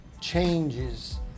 changes